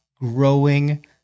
growing